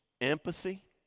empathy